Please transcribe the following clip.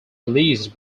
released